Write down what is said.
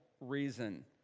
reason